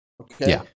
okay